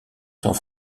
sans